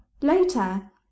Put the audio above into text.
Later